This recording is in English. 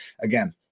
Again